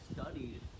studied